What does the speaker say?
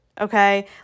okay